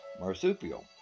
marsupial